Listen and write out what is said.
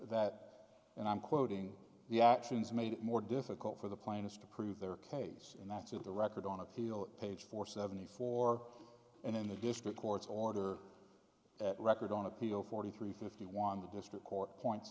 that and i'm quoting the actions made it more difficult for the plaintiffs to prove their case and that's in the record on appeal page four seventy four and in the district court's order at record on appeal forty three fifty one the district court points